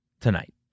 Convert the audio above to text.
tonight